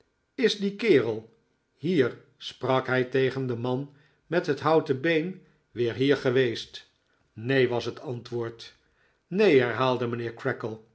is die kerel hier sprak hij tegen den man met het houten been weer hier geweest neen was het antwoord neen herhaalde mijnheer